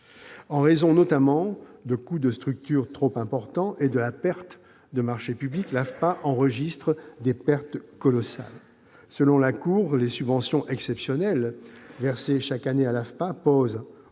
En raison notamment de coûts de structure trop importants et de la perte de marchés publics, l'agence enregistre des pertes colossales. Selon la Cour des comptes, les subventions exceptionnelles versées chaque année à l'AFPA posent,